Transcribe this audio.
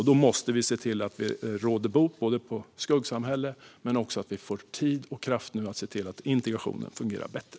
Då måste vi se till att råda bot på skuggsamhället men också att få tid och kraft att se till att integrationen fungerar bättre.